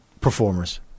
performers